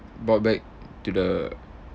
brought back to the